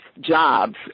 jobs